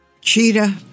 Cheetah